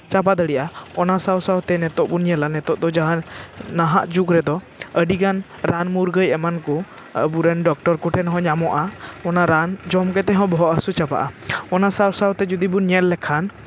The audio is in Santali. ᱪᱟᱵᱟ ᱫᱟᱲᱮᱭᱟᱜᱼᱟ ᱚᱱᱟ ᱥᱟᱶ ᱥᱟᱶᱛᱮ ᱱᱤᱛᱚᱜ ᱵᱚᱱ ᱧᱮᱞᱟ ᱱᱤᱛᱚᱜ ᱫᱚ ᱡᱟᱦᱟᱸ ᱱᱟᱦᱟᱜ ᱡᱩᱜᱽ ᱨᱮᱫᱚ ᱟᱹᱰᱤ ᱜᱟᱱ ᱨᱟᱱ ᱢᱩᱨᱜᱟᱹᱱ ᱮᱢᱟᱱ ᱠᱚ ᱟᱵᱚ ᱨᱮᱱ ᱰᱚᱠᱴᱚᱨ ᱠᱚᱴᱷᱮᱱ ᱦᱚᱸ ᱧᱟᱢᱚᱜᱼᱟ ᱚᱱᱟ ᱨᱟᱱ ᱡᱚᱢ ᱠᱟᱛᱮᱜ ᱦᱚᱸ ᱵᱚᱦᱚᱜ ᱦᱟᱹᱥᱩ ᱪᱟᱵᱟᱜᱼᱟ ᱚᱱᱟ ᱥᱟᱶ ᱥᱟᱶᱛᱮ ᱡᱩᱫᱤ ᱵᱚᱱ ᱧᱮᱞ ᱞᱮᱠᱷᱟᱱ